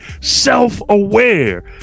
self-aware